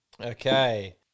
okay